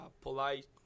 polite